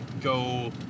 go